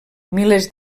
milers